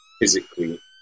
physically